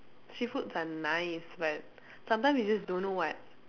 street foods are nice but sometimes we just don't know [what]